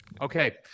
Okay